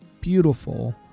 beautiful